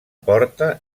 porta